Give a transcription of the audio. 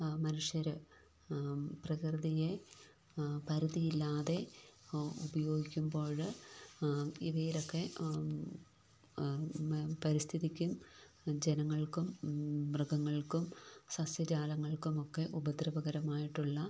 മനുഷ്യർ പ്രകൃതിയെ പരിധിയില്ലാതെ ഉപയോഗിക്കുമ്പോഴ് ഇവയിലൊക്കെ പരിസ്ഥിതിക്കും ജനങ്ങൾക്കും മൃഗങ്ങൾക്കും സസ്യജാലങ്ങൾക്കുമൊക്കെ ഉപദ്രവകരമായിട്ടുള്ള